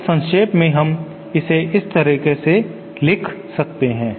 तो संक्षेप में हम इसे इस तरह से लिख सकते हैं